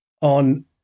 On